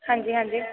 ਹਾਂਜੀ ਹਾਂਜੀ